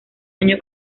año